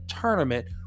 tournament